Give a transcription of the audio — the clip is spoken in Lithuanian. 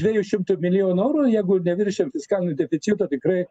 dviejų šimtų milionų eurų jeigu neviršijam fiskalinio deficito tikrai